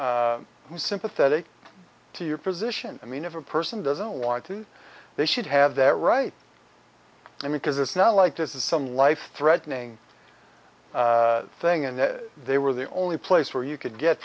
is sympathetic to your position i mean if a person doesn't want to they should have that right i mean because it's not like this is some life threatening thing and they were the only place where you could get